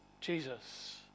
Jesus